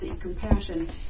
compassion